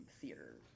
theater